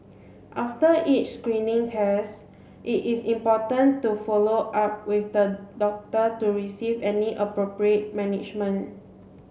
after each screening test it is important to follow up with the doctor to receive any appropriate management